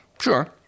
Sure